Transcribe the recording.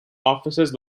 offices